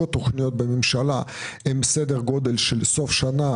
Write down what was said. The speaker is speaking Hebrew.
התכניות בממשלה הוא בסדר גודל של סוף שנה,